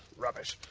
rubbish.